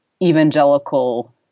evangelical